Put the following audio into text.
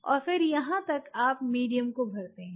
और फिर यहाँ तक आप मीडियम को भरते हैं